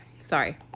Sorry